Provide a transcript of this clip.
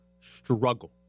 struggle